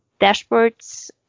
dashboards